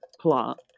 plot